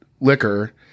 liquor